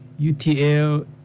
UTL